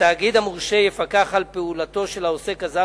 התאגיד המורשה יפקח על פעולתו של העוסק הזר